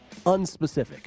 unspecific